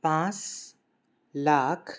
পাঁচ লাখ